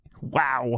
Wow